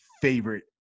favorite